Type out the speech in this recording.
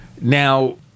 Now—